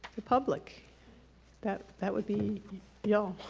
the public that that would be y'all